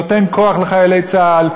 נותן כוח לחיילי צה"ל,